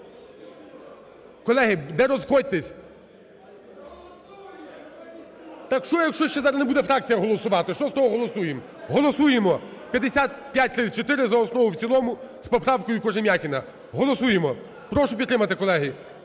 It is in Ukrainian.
Колеги, не розходьтесь. (Шум у залі) Так що, якщо зараз не буде фракція голосувати, що з того голосуємо? Голосуємо 5534 за основу і в цілому з поправкою Кожем'якіна. Голосуємо. Прошу підтримати, колеги.